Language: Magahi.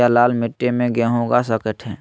क्या लाल मिट्टी में गेंहु उगा स्केट है?